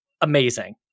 amazing